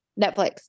Netflix